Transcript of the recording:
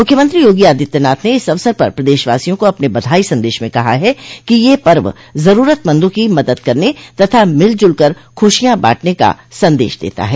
मुख्यमंत्री योगी आदित्यनाथ ने इस अवसर पर प्रदेशवासियों को अपने बधाई सन्देश में कहा है कि यह पर्व जरूरतमंदों की मदद करने तथा मिलजुल कर खुशियां बांटने का सन्देश देता है